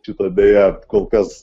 šito beje kol kas